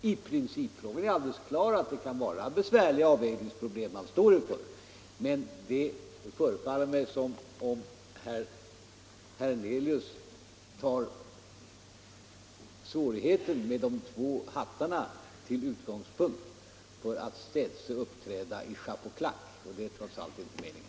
I principfrågor är det alldeles klart att man kan ställas inför besvärliga avvägningsproblem, men det förefaller mig som om herr Hernelius tar svårigheten med de två hattarna till utgångspunkt för att städse uppträda i chapeau-claque, och det är trots allt inte meningen.